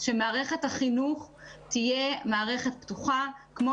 שמערכת החינוך תהיה מערכת פתוחה כמו